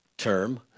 Term